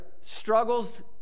struggles